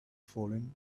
fallen